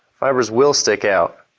fibers will stick out,